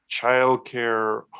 childcare